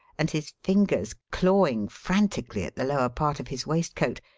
and his fingers clawing frantically at the lower part of his waistcoat,